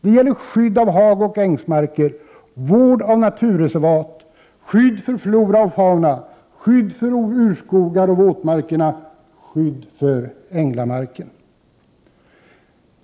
Det handlar om skydd av hagoch ängsmarker, vård av naturreservat, skydd för flora och fauna, skydd för urskogar och våtmarker samt skydd för änglamarken.